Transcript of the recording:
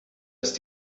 ist